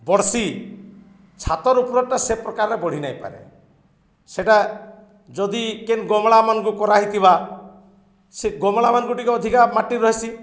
ବଢ଼ସି ଛାତର ଉପରରେଟା ସେ ପ୍ରକାରେ ବଢ଼ି ନାଇଁପାରେ ସେଟା ଯଦି କେନ୍ନ ଗମଳାମାନଙ୍କୁ କରାହେଇଥିବା ସେ ଗମଳାମାନଙ୍କୁ ଟିକେ ଅଧିକା ମାଟି ରହିସି